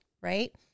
right